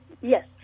yes